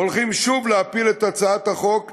הולכים שוב להפיל את הצעת החוק הזאת,